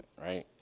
right